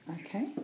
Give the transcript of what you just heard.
Okay